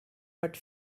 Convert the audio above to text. but